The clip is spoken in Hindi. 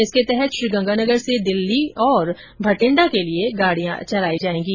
इसके तहत श्रीगंगानगर से दिल्ली े और भटिंडा के लिए गाड़ियां चलाई जाएंगी